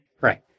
Right